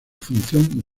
función